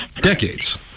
decades